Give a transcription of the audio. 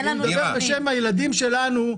אני מדבר בשם הילדים שלנו,